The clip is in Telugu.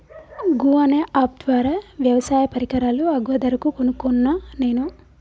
గూ అనే అప్ ద్వారా వ్యవసాయ పరికరాలు అగ్వ ధరకు కొనుకున్న నేను